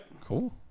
Cool